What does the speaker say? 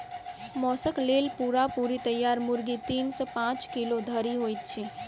मौसक लेल पूरा पूरी तैयार मुर्गी तीन सॅ पांच किलो धरि होइत छै